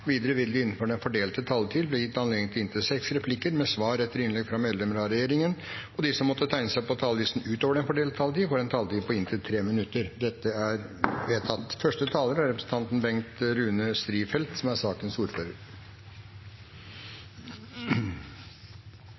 Videre vil det – innenfor den fordelte taletid – bli gitt anledning til inntil seks replikker med svar etter innlegg fra medlemmer av regjeringen, og de som måtte tegne seg på talerlisten utover den fordelte taletid, får en taletid på inntil 3 minutter.